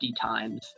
times